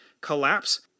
collapse